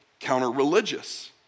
counterreligious